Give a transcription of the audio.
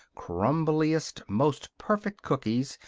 crumbliest, most perfect cookies,